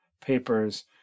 papers